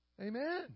Amen